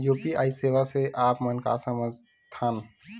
UPI सेवा से आप मन का समझ थान?